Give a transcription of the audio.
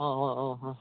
હા હા હા